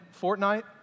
Fortnite